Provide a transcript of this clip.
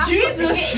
Jesus